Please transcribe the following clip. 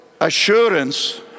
assurance